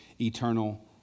eternal